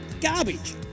garbage